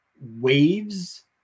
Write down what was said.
waves